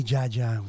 Jaja